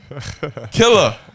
Killer